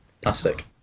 plastic